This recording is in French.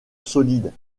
solides